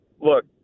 Look